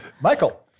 Michael